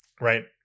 right